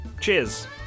cheers